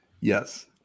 yes